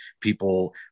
people